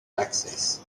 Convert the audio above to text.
access